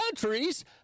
countries